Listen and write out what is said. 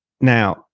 Now